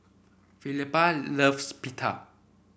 Felipa loves Pita